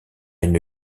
une